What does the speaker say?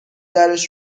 درش